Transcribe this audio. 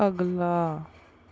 ਅਗਲਾ